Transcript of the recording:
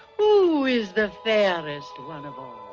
who is the fairest one of all?